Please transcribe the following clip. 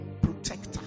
protector